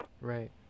right